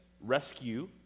Rescue